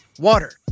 water